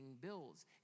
bills